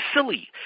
silly